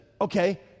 okay